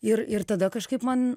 ir ir tada kažkaip man